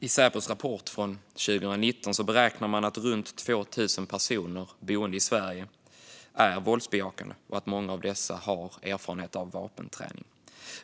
I Säpos rapport från 2019 beräknar man att runt 2 000 personer boende i Sverige är våldsbejakande och att många av dessa har erfarenhet av vapenträning.